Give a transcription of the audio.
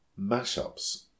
mashups